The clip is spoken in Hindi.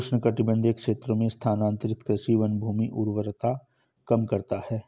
उष्णकटिबंधीय क्षेत्रों में स्थानांतरित कृषि वनभूमि उर्वरता कम करता है